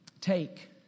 Take